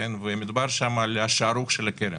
מדובר שם על השערוך של הקרן.